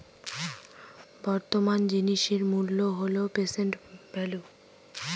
বর্তমান জিনিসের মূল্য হল প্রেসেন্ট ভেল্যু